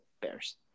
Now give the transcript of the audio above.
Bears